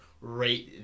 right